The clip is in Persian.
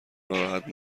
ناراحت